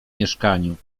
mieszkaniu